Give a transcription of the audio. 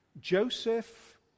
Joseph